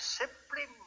simply